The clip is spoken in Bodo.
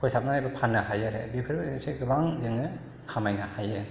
फोसाबनानै एबा फाननो हायो आरो बेफोर एसे गोबां जोङो खामायनो हायो